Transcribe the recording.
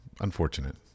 unfortunate